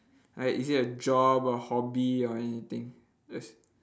like is it a job or hobby or anything